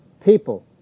People